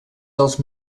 dels